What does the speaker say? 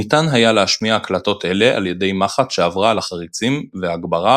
ניתן היה להשמיע הקלטות אלה על ידי מחט שעברה על החריצים והגברה,